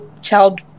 child